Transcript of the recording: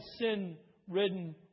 sin-ridden